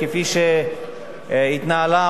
כפי שהתנהלה,